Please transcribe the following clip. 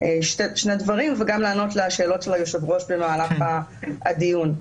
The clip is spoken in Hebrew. שני דברים וגם לענות לשאלות של היושב-ראש במהלך הדיון.